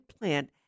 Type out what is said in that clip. plant